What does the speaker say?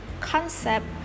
concept